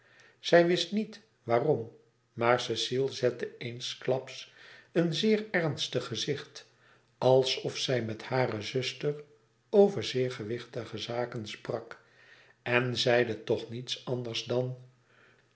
zij wist niet waarom maar cecile zette eensklaps een zeer ernstig gezicht alsof zij met hare zuster over zeer gewichtige zaken sprak en ze zeide toch niets anders dan